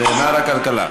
נאמר הכלכלה,